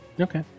Okay